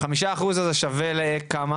החמישה אחוז הזה שווה לכמה?